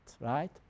right